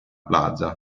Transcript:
plaza